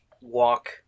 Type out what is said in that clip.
walk